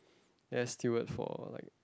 air steward for like